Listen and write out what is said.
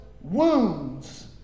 wounds